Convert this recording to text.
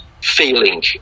feeling